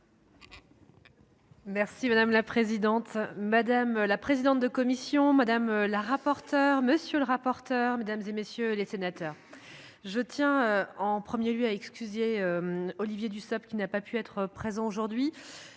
Merci madame la présidente, madame la présidente de commission madame la rapporteure, monsieur le rapporteur, mesdames et messieurs les sénateurs, je tiens en 1er lieu à excuser Olivier Dussopt, qui n'a pas pu être présent aujourd'hui,